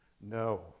no